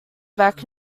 back